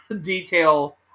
detail